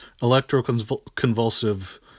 electroconvulsive